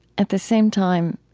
at the same time,